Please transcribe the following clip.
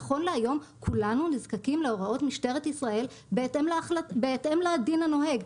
נכון להיום כולנו נזקקים להוראות משטרת ישראל בהתאם לדין הנוהג.